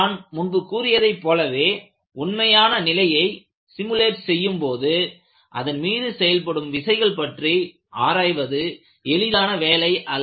நான் முன்பு கூறியதைப் போலவே உண்மையான நிலையை சிமுலேட் செய்யும்போது அதன் மீது செயல்படும் விசைகள் பற்றி ஆராய்வது எளிதான வேலை அல்ல